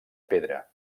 pedra